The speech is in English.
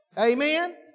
Amen